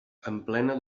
emplena